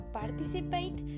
participate